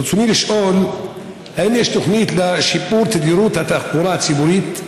ברצוני לשאול: 1. האם יש תוכנית לשיפור תדירות התחבורה הציבורית?